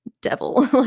devil